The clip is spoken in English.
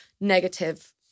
negative